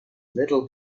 little